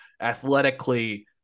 athletically